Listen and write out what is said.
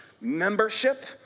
membership